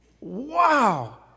Wow